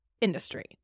industry